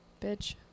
Bitch